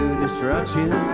destruction